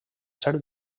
ser